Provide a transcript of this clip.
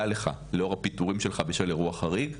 דע לך לאור הפיטורים שלך בשל אירוע חריג,